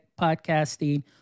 podcasting